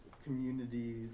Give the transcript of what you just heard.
community